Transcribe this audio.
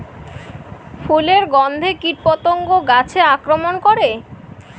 ফুলের গণ্ধে কীটপতঙ্গ গাছে আক্রমণ করে?